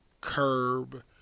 curb